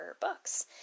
books